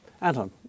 Anton